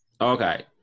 Okay